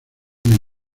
una